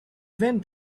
went